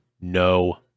No